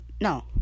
no